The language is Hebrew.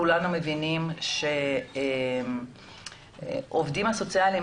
כולנו מבינים שהעובדים הסוציאליים